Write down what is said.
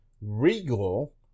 Regal